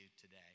today